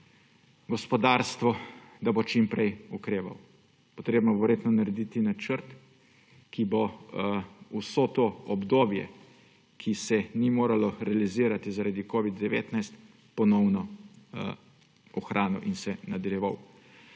gospodarstvu, da bo čim prej okrevalo. Potrebno bo verjetno narediti načrt, ki bo vse to obdobje, ki se ni moglo realizirati zaradi covida-19, ponovno ohranilo in se nadaljevalo.